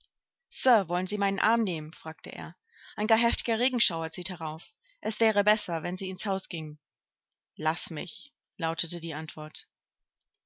sir wollen sie meinen arm nehmen fragte er ein gar heftiger regenschauer zieht herauf es wäre besser wenn sie ins haus gingen laß mich lautete die antwort